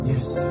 Yes